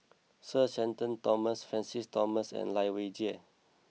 Sir Shenton Thomas Francis Thomas and Lai Weijie